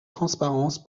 transparence